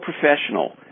professional